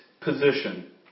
position